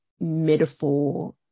metaphor